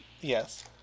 yes